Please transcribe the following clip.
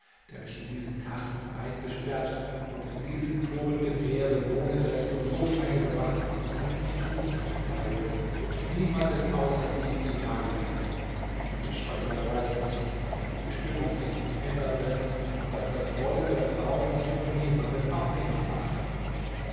der mich in diesen kasten eingesperrt und in diesem tobenden meere wohnen läßt und so strenge bewacht damit ich tugendhaft bleibe und niemanden außer ihm zuteil werde dieses scheusal weiß nicht daß die bestimmung sich nicht ändern läßt und daß das wollen der frauen sich von niemanden abhängig macht